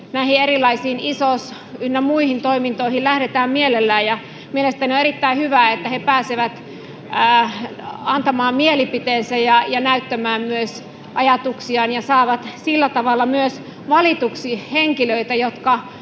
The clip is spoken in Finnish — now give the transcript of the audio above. näihin erilaisiin isos- ynnä muuhun toimintaan lähdetään mielellään. Mielestäni on erittäin hyvä, että he pääsevät myös antamaan mielipiteensä ja näyttämään ajatuksiaan ja saavat sillä tavalla valituksi myös henkilöitä, jotka